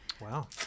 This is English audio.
Wow